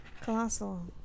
Colossal